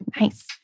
Nice